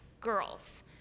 girls